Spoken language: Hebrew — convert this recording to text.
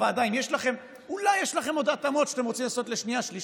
אם אולי יש לכם עוד התאמות שאתם רוצים לעשות לשנייה-שלישית,